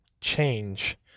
change